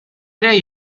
ere